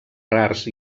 rars